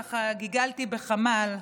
ככה, גיגלתי בחמ"ל,